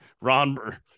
Ron